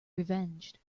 revenged